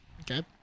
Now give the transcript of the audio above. Okay